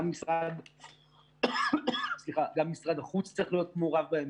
גם משרד החוץ צריך להיות מעורב בהם,